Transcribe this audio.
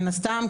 מן הסתם,